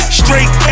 straight